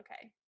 okay